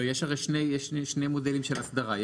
לא, יש הרי שני מודלים של אסדרה.